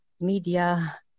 media